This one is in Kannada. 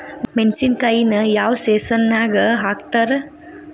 ಮೆಣಸಿನಕಾಯಿನ ಯಾವ ಸೇಸನ್ ನಾಗ್ ಹಾಕ್ತಾರ?